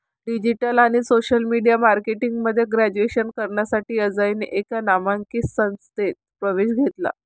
digital आणि social media marketing मध्ये graduation करण्यासाठी अजयने एका नामांकित संस्थेत प्रवेश घेतला